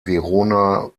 verona